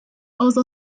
also